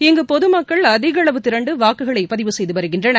இங்கு பொதுமக்கள் அதிக அளவு திரண்டு வாக்குகளை பதிவு செய்து வருகின்றனர்